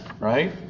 right